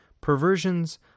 perversions